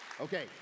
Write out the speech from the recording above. Okay